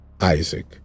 Isaac